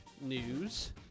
news